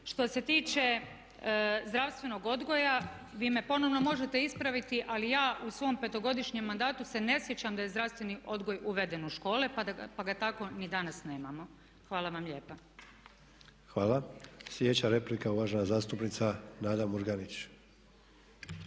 Što se tiče zdravstvenog odgoja, vi me ponovno možete ispraviti ali ja u svom petogodišnjem mandatu se ne sjećam da je zdravstveni odgoj uveden u škole, pa ga tako ni danas nemamo. Hvala vam lijepa. **Sanader, Ante (HDZ)** Hvala. Sljedeća replika uvažena zastupnica Nada Murganić.